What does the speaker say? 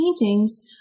paintings